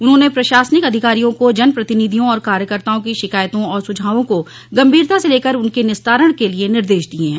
उन्होंने प्रशासनिक अधिकारियों को जन प्रतिनिधियों और कार्यकर्ताओं की शिकायतों और सुझावों को गंभीरता से लेकर उनके निस्तारण के लिए निर्देश दिये हैं